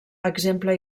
exemple